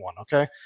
okay